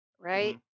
Right